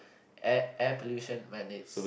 air air pollution man it's